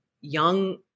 young